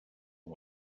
one